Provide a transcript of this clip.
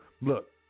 look